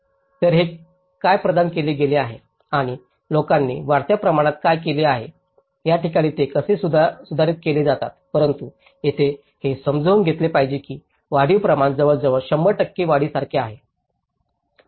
तर हे काय प्रदान केले गेले आहे आणि लोकांनी वाढत्या प्रमाणात काय केले आहे या ठिकाणी ते कसे सुधारित केले जातात परंतु येथे हे समजून घेतले पाहिजे की वाढीव प्रमाण जवळजवळ 100 टक्के वाढीसारखे आहे